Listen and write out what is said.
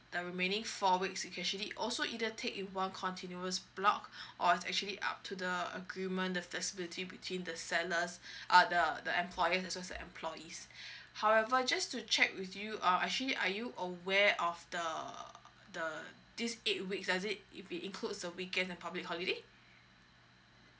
the remaining four weeks you can actually also either take it one continuous block or actually up to the agreement the flexibility between the sellers uh the the employer versus the employees however just to check with you err actually are you aware of the the these eight weeks does it if it includes a weekend or public holiday